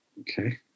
okay